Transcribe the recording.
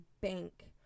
bank